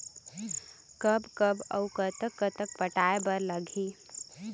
कब कब अऊ कतक कतक पटाए बर लगही